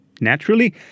Naturally